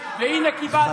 חבר הכנסת